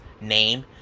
name